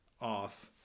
off